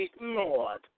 Lord